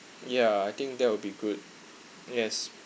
ya I think that will be good yes